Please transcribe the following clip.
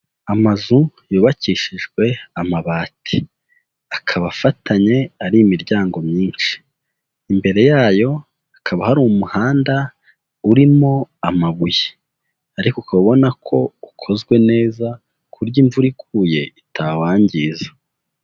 Amazu yubakishijwe amabati, akaba afatanye ari imiryango myinshi, imbere yayo hakaba hari umuhanda urimo amabuye, ariko ukaba ubona ko ukozwe neza ku buryo imvura iguye itawangiza.